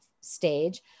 stage